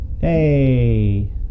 Hey